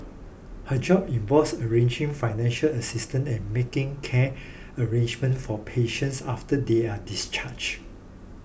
her job involves arranging financial assistance and making care arrangements for patients after they are discharged